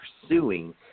pursuing